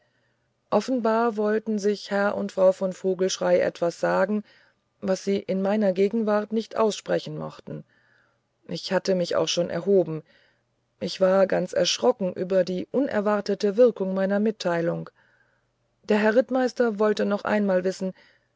offenbar wollten sich herr und frau von vogelschrey etwas sagen was sie in meiner gegenwart nicht aussprechen mochten ich hatte mich auch schon erhoben ich war ganz erschrocken über die unerwartete wirkung meiner mitteilung der herr rittmeister wollte noch einmal wissen